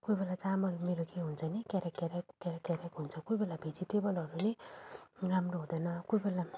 कोही बेला चामल मेरो के हुन्छ भने नि क्याराक क्याराक हुन्छ कोही बेला भेजिटेबलहरू नै राम्रो हुँदैन कोही बेला